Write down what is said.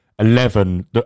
Eleven